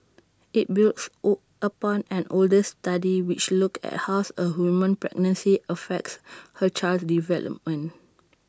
IT builds O upon an older study which looked at how A woman's pregnancy affects her child's development